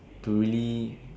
to really